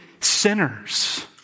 Sinners